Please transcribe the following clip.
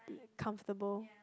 comfortable